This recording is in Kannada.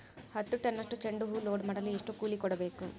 ಹತ್ತು ಟನ್ನಷ್ಟು ಚೆಂಡುಹೂ ಲೋಡ್ ಮಾಡಲು ಎಷ್ಟು ಕೂಲಿ ಕೊಡಬೇಕು?